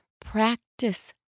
practice